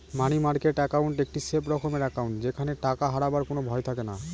মানি market account একটি safe রকমের account যেখানে টাকা হারাবার কোনো ভয় থাকেনা